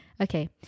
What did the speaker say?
okay